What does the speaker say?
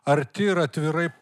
arti ir atvirai